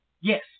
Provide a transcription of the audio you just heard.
Yes